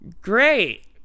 Great